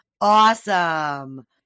Awesome